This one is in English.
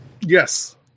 Yes